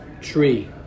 tree